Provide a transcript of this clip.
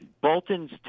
Bolton's